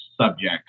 subject